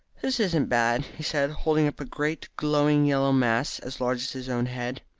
this isn't bad, he said, holding up a great glowing yellow mass as large as his own head.